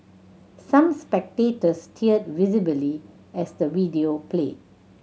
some spectators teared visibly as the video played